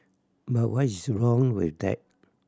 but what is wrong with that